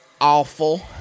awful